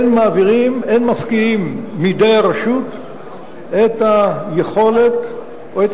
אין מפקיעים מידי הרשות את היכולת או את